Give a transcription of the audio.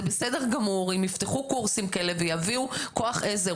זה בסדר גמור אם יפתחו קורסים כאלה ויביאו כוח עזר,